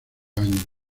años